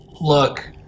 look